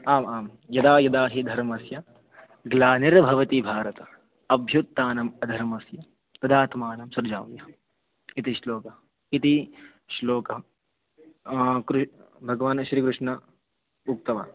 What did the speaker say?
आम् आं यदा यदा हि धर्मस्य ग्लानिर्भवति भारत अभ्युत्थानम् अधर्मस्य तदात्मानं सृजाम्यहम् इति श्लोकः इति श्लोकं कृ भगवान् श्रीकृष्णः उक्तवान्